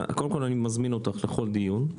קודם כול אני מזמין אותך לכל דיון,